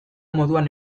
moduan